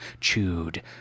chewed